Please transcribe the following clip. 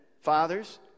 fathers